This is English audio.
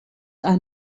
are